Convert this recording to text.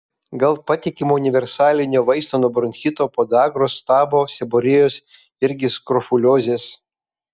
gal patikimo universalinio vaisto nuo bronchito podagros stabo seborėjos irgi skrofuliozės